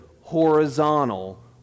horizontal